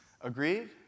Agreed